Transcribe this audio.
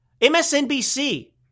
MSNBC